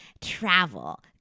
travel